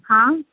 हा